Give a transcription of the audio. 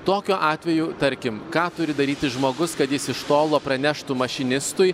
tokiu atveju tarkim ką turi daryti žmogus kad jis iš tolo praneštų mašinistui